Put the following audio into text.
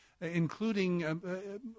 including